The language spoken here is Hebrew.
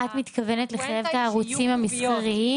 את מתכוונת לחייב את הערוצים המסחריים